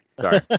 Sorry